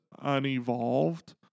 unevolved